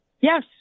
yes